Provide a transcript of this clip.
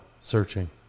searching